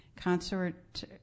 concert